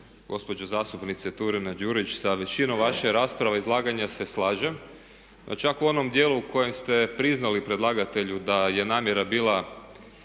Gospođo zastupnice Turina-Đurić, sa većinom vaše rasprave izlaganja se slažem pa čak u onom djelu u kojem ste priznali predlagatelju da je namjera bila